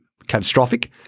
Catastrophic